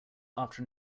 after